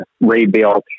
rebuilt